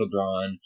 LeBron